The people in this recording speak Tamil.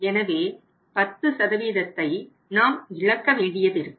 எனவே 10ஐ நாம் இழக்க வேண்டியதிருக்கும்